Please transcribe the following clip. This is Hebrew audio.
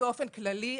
באופן כללי,